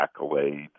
accolades